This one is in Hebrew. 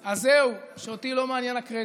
אדוני היושב-ראש, אז זהו, שאותי לא מעניין הקרדיט.